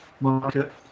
market